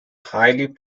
highly